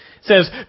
says